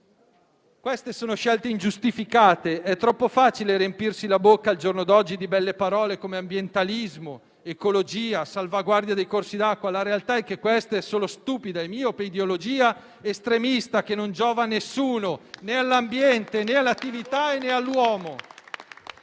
Queste sono scelte ingiustificate. È troppo facile riempirsi la bocca al giorno d'oggi di belle parole come «ambientalismo», «ecologia», «salvaguardia dei corsi d'acqua». La realtà è che questa è solo stupida e miope ideologia estremista che non giova a nessuno, né all'ambiente, né all'attività, né all'uomo.